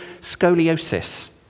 scoliosis